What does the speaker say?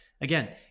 Again